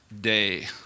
day